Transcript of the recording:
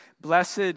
Blessed